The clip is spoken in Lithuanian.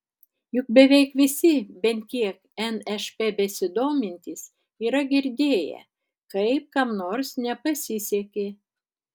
juk beveik visi bent kiek nšp besidomintys yra girdėję kaip kam nors nepasisekė